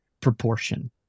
proportion